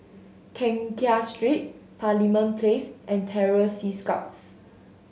Keng Kiat Street Parliament Place and Terror Sea Scouts